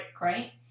right